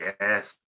Yes